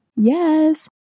yes